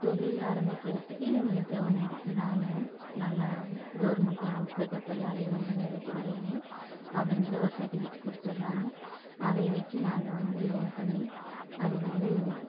தொழில் ஆரம்பிக்கிறத்துக்கு எங்கள் கவர்மெண்ட் நாங்கள் நல்லா கவர்மெண்ட்டுக்கிட்ட போய் அலையனுங்கிறது கிடையாது அவங்களே ஒரு சட்டிவிகேட் கொடுத்தடுறாங்க அதை வெச்சு நாங்கள் வந்து லோன் பண்ணி அதுக்கு வந்து